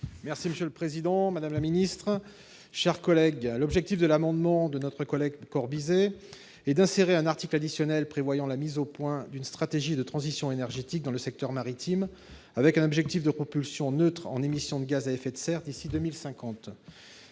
est ainsi libellé : La parole est à M. Éric Gold. L'objectif de l'amendement de notre collègue Jean-Pierre Corbisez est d'insérer un article additionnel prévoyant la mise au point d'une stratégie de transition énergétique dans le secteur maritime, avec un objectif de propulsion neutre en émissions de gaz à effet de serre d'ici à 2050.